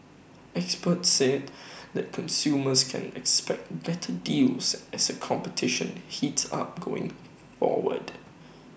experts said that consumers can expect better deals as A competition heats up going forward